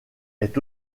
est